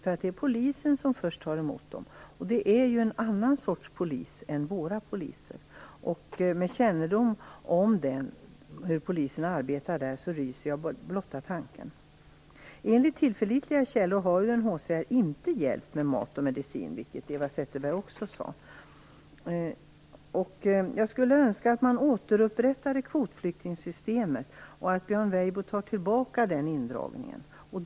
Det är nämligen polisen som först tar emot dem, och det är en annan sorts polis än vår polis. Med kännedom om hur polisen arbetar där ryser jag vid blotta tanken. Enligt tillförlitliga källor har UNHCR inte hjälpt till med mat och medicin, vilket Eva Zetterberg också sade. Jag skulle önska att man återupprättade kvotflyktingsystemet och att Björn Weibo tog tillbaka indragningen.